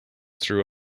through